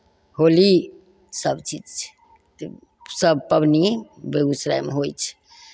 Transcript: होली सभचीज छै तऽ सभ पाबनि बेगूसरायमे होइ छै